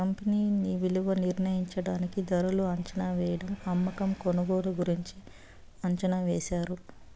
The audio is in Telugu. కంపెనీ విలువ నిర్ణయించడానికి ధరలు అంచనావేయడం అమ్మకం కొనుగోలు గురించి అంచనా వేశారు